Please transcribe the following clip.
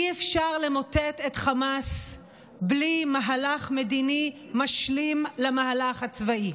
אי-אפשר למוטט את חמאס בלי מהלך מדיני משלים למהלך הצבאי,